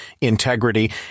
integrity